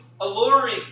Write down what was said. alluring